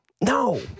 no